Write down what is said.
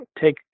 take